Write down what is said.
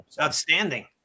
Outstanding